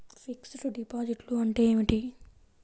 Fixed డిపాజిట్లు అంటే ఏమిటి?